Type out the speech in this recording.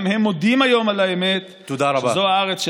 גם הם מודים היום על האמת שזו הארץ שלנו.